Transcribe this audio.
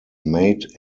made